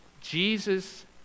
Jesus